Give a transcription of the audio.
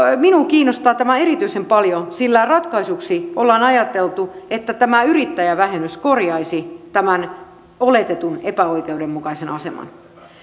minua kiinnostaa tämä erityisen paljon sillä ratkaisuksi on ajateltu että tämä yrittäjävähennys korjaisi tämän oletetun epäoikeudenmukaisen aseman